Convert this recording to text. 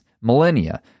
millennia